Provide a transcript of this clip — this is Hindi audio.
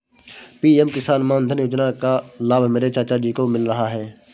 पी.एम किसान मानधन योजना का लाभ मेरे चाचा जी को मिल रहा है